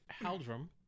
Haldrum